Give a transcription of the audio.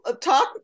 talk